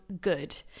good